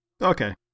Okay